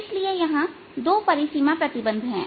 इसलिए यहां 2 परिसीमा प्रतिबंध है